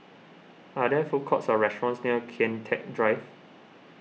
are there food courts or restaurants near Kian Teck Drive